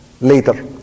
later